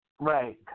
Right